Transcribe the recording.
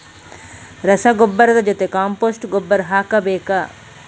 ರಸಗೊಬ್ಬರದ ಜೊತೆ ಕಾಂಪೋಸ್ಟ್ ಗೊಬ್ಬರ ಹಾಕಬೇಕಾ?